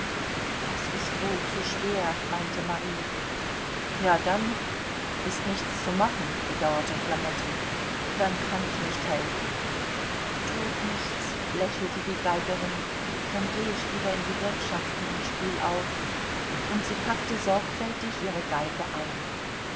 das ist wohl zu schwer meinte marie ja dann ist nichts zu machen bedauerte flametti dann kann ich nicht helfen tut nichts lächelte die geigerin dann geh ich wieder in die wirtschaften und spiel auf und sie packte sorgfältig ihre geige ein